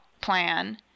plan